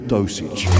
Dosage